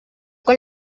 con